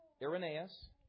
Irenaeus